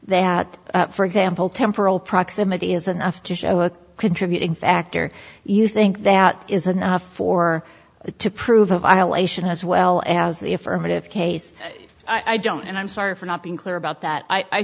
that for example temporal proximity is enough to show a contributing factor you think that is and for it to prove a violation as well as the affirmative case i don't and i'm sorry for not being clear about that i